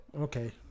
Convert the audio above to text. Okay